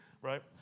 right